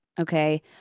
Okay